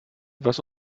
was